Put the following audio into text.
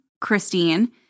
Christine